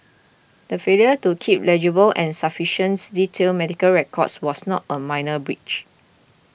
the failure to keep legible and sufficiency detailed medical records was not a minor breach